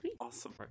Awesome